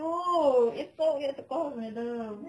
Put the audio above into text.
!eww! it's so weird to call her madam